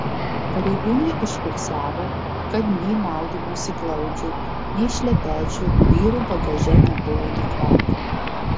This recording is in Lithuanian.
pareigūnai užfiksavo kad nei maudymosi glaudžių nei šlepečių vyrų bagaže nebuvo nė kvapo